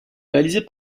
réalisés